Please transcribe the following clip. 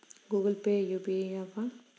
Google Pay UPI య్యాపా?